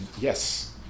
yes